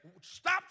stop